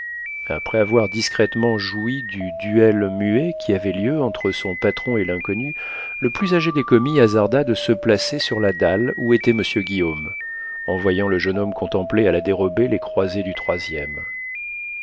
après avoir discrètement joui du duel muet qui avait lieu entre son patron et l'inconnu le plus âgé des commis hasarda de se placer sur la dalle où était monsieur guillaume en voyant le jeune homme contempler à la dérobée les croisées du troisième